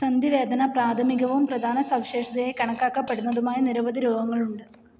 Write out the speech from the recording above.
സന്ധി വേദന പ്രാഥമികവും പ്രധാന സവിശേഷതയായി കണക്കാക്കപ്പെടുന്നതുമായ നിരവധി രോഗങ്ങളുണ്ട്